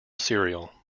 serial